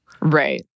Right